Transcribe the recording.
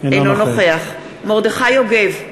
אינו נוכח מרדכי יוגב,